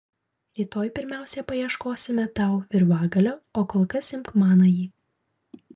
rytoj pirmiausia paieškosime tau virvagalio o kol kas imk manąjį